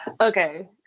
Okay